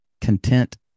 content